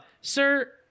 sir